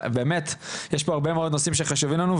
באמת יש פה הרבה מאוד נושאים שחשובים לנו,